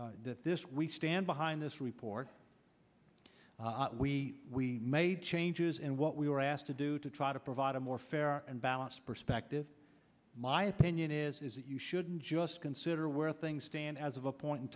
that that this we stand behind this report we made changes in what we were asked to do to try to provide a more fair and balanced perspective my opinion is that you shouldn't just consider where things stand as of a point in